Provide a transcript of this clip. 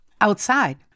Outside